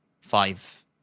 five